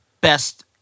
best